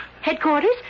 Headquarters